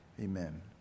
amen